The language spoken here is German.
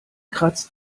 kratzt